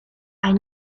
ein